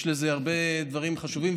יש בזה הרבה דברים חשובים,